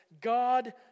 God